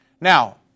Now